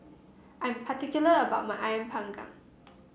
I'm particular about my ayam Panggang